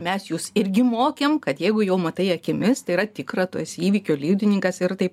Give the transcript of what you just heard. mes jus irgi mokėm kad jeigu jau matai akimis tai yra tikra tu esi įvykio liudininkas ir tai